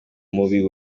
mubi